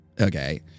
okay